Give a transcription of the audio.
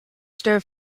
stir